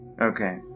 Okay